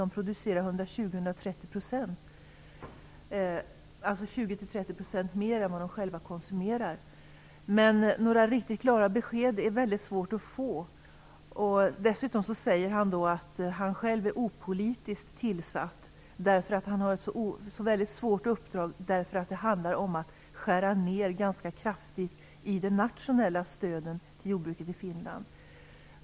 De producerar 20-30 % mer än vad de själva konsumerar. Några riktigt klara besked är det väldigt svårt att få. Dessutom säger han att han själv är opolitisk därför att han har ett så väldigt svårt uppdrag, eftersom det handlar om att skära ned ganska kraftigt i de nationella stöden till jordbruket i Finland.